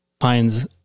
finds